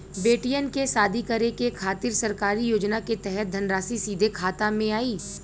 बेटियन के शादी करे के खातिर सरकारी योजना के तहत धनराशि सीधे खाता मे आई?